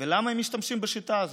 ולמה הם משתמשים בשיטה הזאת?